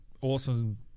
awesome